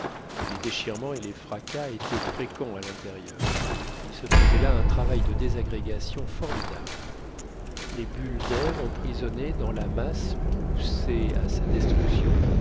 les déchirements et les fracas étaient fréquents à l'intérieur il se faisait là un travail de désagrégation formidable les bulles d'air emprisonnées dans la masse poussaient à sa destruction